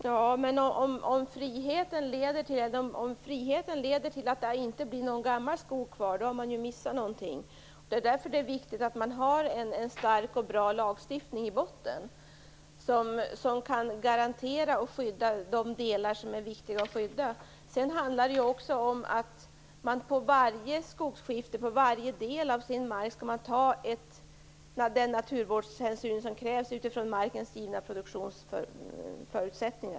Fru talman! Men om friheten leder till att det inte blir någon gammal skog kvar har man missat någonting. Det är därför som det är viktigt att ha en stark och bra lagstiftning i botten, som kan garantera och skydda de delar som är viktiga att skydda. Sedan handlar det också om att man på varje skogskifte och på varje del av sin mark skall ta den naturvårdshänsyn som krävs utifrån markens givna produktionsförutsättningar.